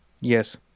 Yes